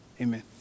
Amen